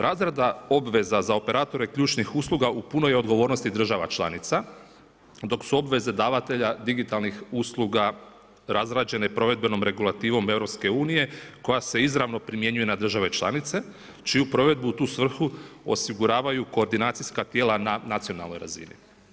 Razrada obveza za operatore ključnih usluga u punoj je odgovornosti država članica dok su obveze davatelja digitalnih usluga razrađene provedbenom regulativnom EU-a koja se izravno primjenjuje na države članice čiju provedbu u tu svrhu osiguravaju koordinacijska tijela na nacionalnoj razini.